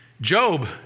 Job